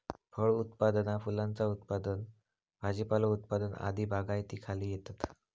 फळ उत्पादना फुलांचा उत्पादन भाजीपालो उत्पादन आदी बागायतीखाली येतत